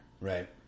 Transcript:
Right